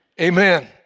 Amen